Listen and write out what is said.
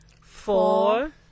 four